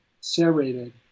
serrated